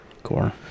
Core